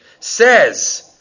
says